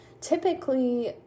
typically